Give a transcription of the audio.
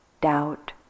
doubt